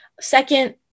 Second